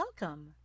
Welcome